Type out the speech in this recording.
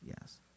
yes